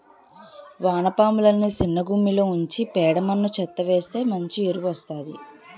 వానపాములని సిన్నగుమ్మిలో ఉంచి పేడ మన్ను చెత్తా వేస్తె మంచి ఎరువు వస్తాది